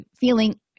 feeling